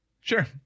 Sure